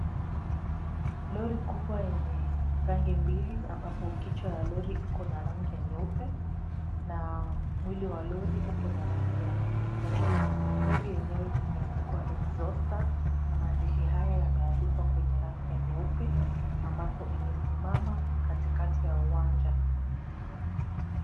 Lori kubwa yenye rangi mbili ambapo kichwa ya lori iko na rangi ya nyeupe na mwili wa lori uko na rangi ya nyekundu. Lori yenyewe imeandikwa exhauster na maandishi haya yameandikwa kwenye rangi ya nyeupe ambapo imesimama katikati ya uwanja.